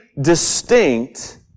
distinct